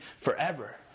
forever